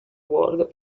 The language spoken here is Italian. world